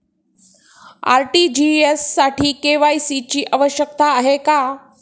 RTGS साठी KYC ची आवश्यकता आहे का?